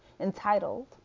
entitled